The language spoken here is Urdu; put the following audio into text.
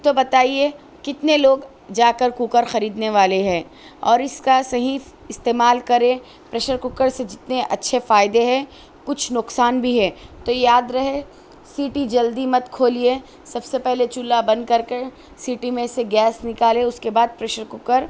تو بتائیے کتنے لوگ جا کر کوکر خدیدنے والے ہیں اور اس کا صحیح استعمال کریں پریشر کوکر سے جتنے اچھے فائدے ہے کچھ نقصان بھی ہے تو یاد رہے سیٹی جلدی مت کھولیے سب سے پہلے چولہا بند کر کے سیٹی میں سے گیس نکالے اس کے بعد پریشر کوکر